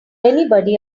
anybody